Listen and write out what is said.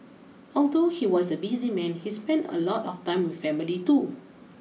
although he was a busy man he spent a lot of time with family too